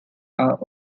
are